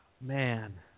Man